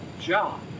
John